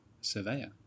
surveyor